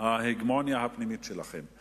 ההגמוניה הפנימית שלכם.